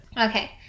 Okay